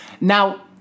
Now